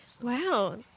Wow